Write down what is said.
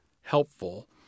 helpful